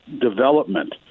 development